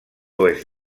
oest